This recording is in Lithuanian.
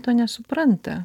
to nesupranta